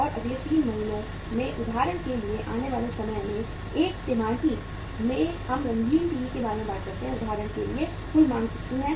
और अगले 3 महीनों में उदाहरण के लिए आने वाले समय में 1 तिमाही में हम रंगीन टीवी के बारे में बात करते हैं उदाहरण के लिए कुल मांग कितनी है